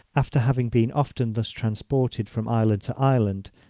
after having been often thus transported from island to island,